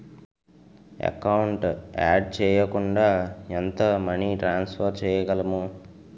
Account add చేయకుండా ఎంత money transfer చేయగలము?